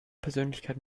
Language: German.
persönlichkeit